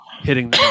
hitting